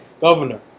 governor